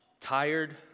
tired